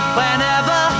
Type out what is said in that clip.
whenever